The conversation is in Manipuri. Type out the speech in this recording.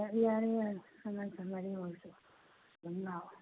ꯌꯥꯔꯦ ꯌꯥꯔꯦ ꯇꯉꯥꯏ ꯐꯗꯅ ꯃꯔꯤ ꯑꯣꯏꯔꯁꯨ ꯑꯗꯨꯝ ꯂꯥꯛꯑꯣ